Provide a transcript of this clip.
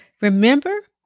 Remember